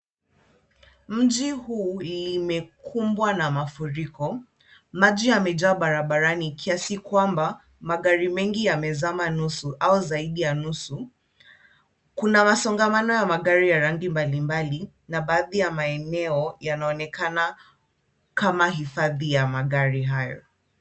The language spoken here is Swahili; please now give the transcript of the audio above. Mji huu limekumbwa na mafuriko. Maji yamejaa barabarani kiasi kwamba, magari mengi yamezama nusu au zaidi ya nusu. Kuna masongamano ya magari ya rangi mbalimbali na baadhi ya maeneo yanaonekana kama hifadhi ya magari hayo.